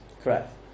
Correct